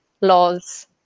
laws